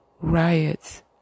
riots